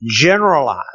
generalize